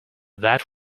that